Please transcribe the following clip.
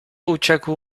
uciekł